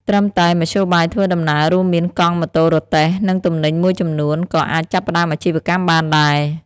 ត្រឹមតែមធ្យោបាយធ្វើដំណើរ រួមមាន កង់ ម៉ូតូ រទេះ និងទំនិញមួយចំនួន ក៏អាចចាប់ផ្តើមអាជីវកម្មបានដែរ។